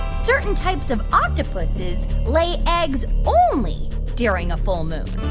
certain types of octopuses lay eggs only during a full moon?